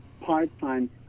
part-time